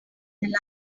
line